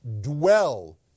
dwell